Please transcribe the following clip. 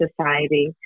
Society